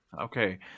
Okay